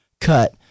cut